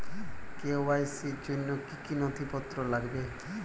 KYC র জন্য কি কি নথিপত্র লাগবে?